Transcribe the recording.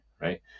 Right